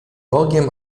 bogiem